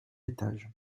étage